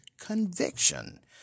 conviction